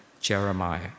Jeremiah